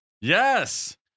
Yes